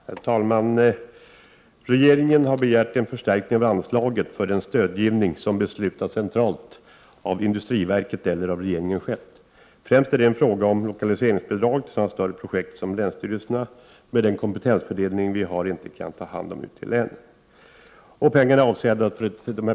Herr talman! Regeringen har begärt en förstärkning av anslaget för den stödgivning som beslutas centralt av industriverket eller av regeringen själv. Främst är det fråga om lokaliseringsbidrag till sådana större projekt som länsstyrelserna, med den kompetensfördelning vi har, inte kan ta hand om regionalt ute i länen.